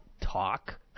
talk